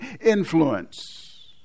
influence